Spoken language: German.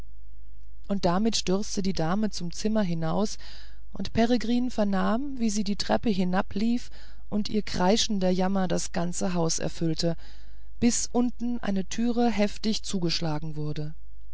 und damit stürzte die dame zum zimmer hinaus und peregrin vernahm wie sie die treppe hinablief und ihr kreischender jammer das ganze haus erfüllte bis unten eine türe heftig zugeschlagen wurde